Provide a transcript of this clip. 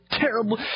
terrible